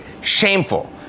shameful